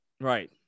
right